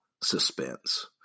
Suspense